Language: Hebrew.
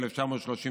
1938,